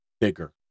bigger